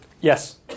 Yes